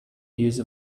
use